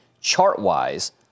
chart-wise